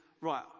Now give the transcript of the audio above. right